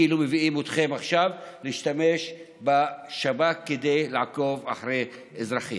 כאילו מביא אתכם עכשיו להשתמש בשב"כ כדי לעקוב אחרי אזרחים.